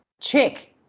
check